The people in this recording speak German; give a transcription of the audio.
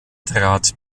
trat